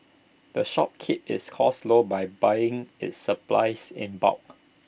the shop keeps its costs low by buying its supplies in bulk